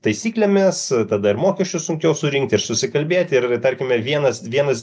taisyklėmis tada ir mokesčius sunkiau surinkti ir susikalbėti ir tarkime vienas vienas